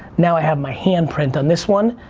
now i have my hand print on this one.